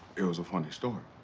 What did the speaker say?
it was a funny story.